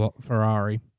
Ferrari